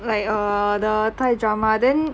like err the thai drama then